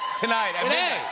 tonight